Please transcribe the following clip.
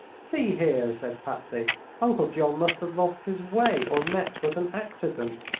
see here, said patsy uncle john must have lost his way or met with an accident.